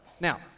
Now